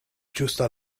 ĝusta